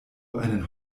einen